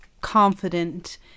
confident